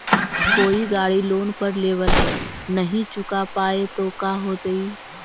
कोई गाड़ी लोन पर लेबल है नही चुका पाए तो का होतई?